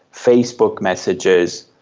facebook messages,